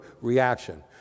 reaction